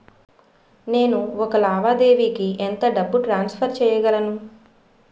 నేను ఒక లావాదేవీకి ఎంత డబ్బు ట్రాన్సఫర్ చేయగలను?